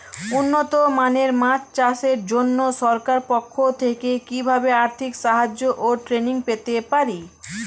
উন্নত মানের মাছ চাষের জন্য সরকার পক্ষ থেকে কিভাবে আর্থিক সাহায্য ও ট্রেনিং পেতে পারি?